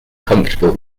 comfortable